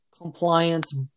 compliance